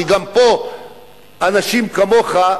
גם פה אנשים כמוך,